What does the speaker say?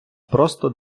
просто